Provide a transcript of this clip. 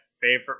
favorite